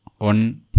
on